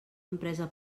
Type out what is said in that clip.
empresa